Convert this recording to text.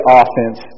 offense